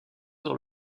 dans